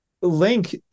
link